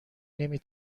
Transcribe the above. نمی